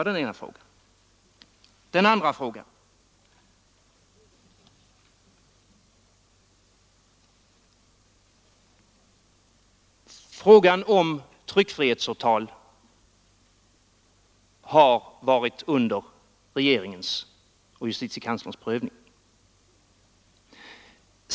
För det andra: Frågan om tryckfrihetsåtal har varit under regeringens och justitiekanslerns prövning.